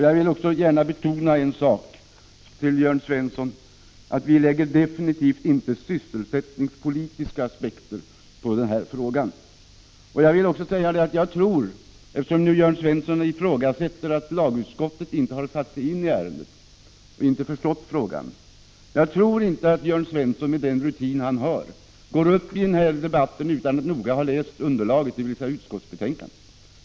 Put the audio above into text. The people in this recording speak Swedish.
Jag vill också gärna betona för Jörn Svensson att vi definitivt inte lägger sysselsättningspolitiska aspekter på denna fråga. Eftersom Jörn Svensson ifrågasätter att lagutskottet har satt sig in i ärendet och förstått frågan vill jag säga att jag inte tror att Jörn Svensson, med den rutin han har, går upp i den här debatten utan att noga ha läst underlaget, dvs. utskottsbetänkandet.